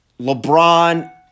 LeBron